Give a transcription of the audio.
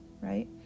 Right